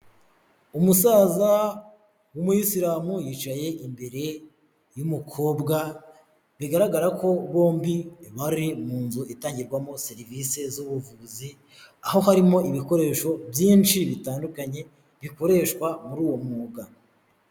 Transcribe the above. Umusaza w'umu islam yicaye imbere y'umukobwa, bigaragara ko bombi bari mu nzu itangirwamo serivisi z'ubuvuzi, aho harimo ibikoresho byinshi bitandukanye bikoreshwa muri uwo mwuga.